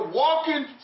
walking